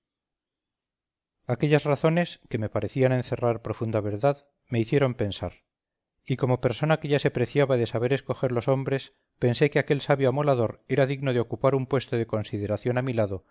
aquellas razones que me parecían encerrar profunda verdad me hicieron pensar y como persona que ya se preciaba de saber escoger los hombres pensé que aquel sabio amolador era digno de ocupar un puesto de consideración a mi lado